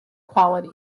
quality